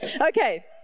Okay